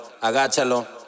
agáchalo